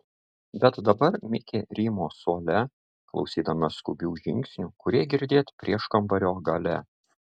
bet dabar mikė rymo suole klausydamas skubių žingsnių kurie girdėt prieškambario gale